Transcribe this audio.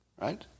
Right